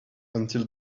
until